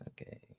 Okay